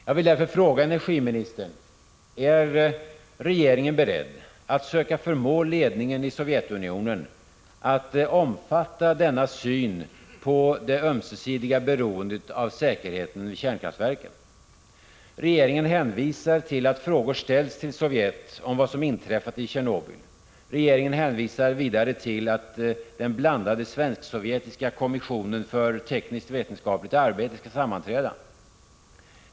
Jag vill därför fråga energiministern: Är regeringen beredd att söka förmå ledningen i Sovjetunionen att omfatta denna syn på det ömsesidiga beroendet av säkerheten vid kärnkraftverken? Regeringen hänvisar till att frågor ställts till Sovjet om vad som inträffat i Tjernobyl. Regeringen hänvisar vidare till att den blandade svensk-sovjetiska kommissionen för tekniskt vetenskapligt samarbete skall sammanträda.